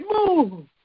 move